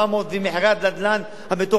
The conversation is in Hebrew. ומחירי הנדל"ן המטורפים,